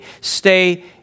stay